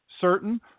certain